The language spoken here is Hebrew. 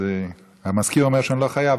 סגן המזכירה אומר שאני לא חייב,